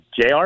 JR